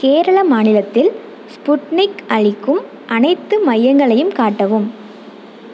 கேரள மாநிலத்தில் ஸ்புட்னிக் அளிக்கும் அனைத்து மையங்களையும் காட்டவும்